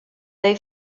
they